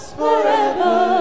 forever